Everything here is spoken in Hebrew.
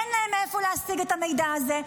אין להם מאיפה להשיג את המידע הזה,